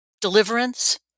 deliverance